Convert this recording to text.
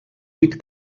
vuit